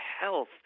health